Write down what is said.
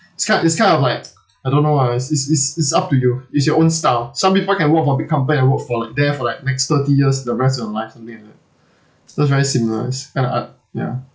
it's kind it's kind of like I don't know ah is is is up to you is your own style some people can work for big company and work for like there for like next thirty years the rest of your life something like that that's very similar uh uh ya